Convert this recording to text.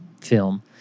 film